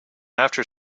after